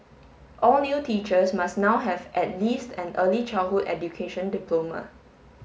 all new teachers must now have at least an early childhood education diploma